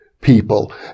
people